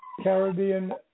Caribbean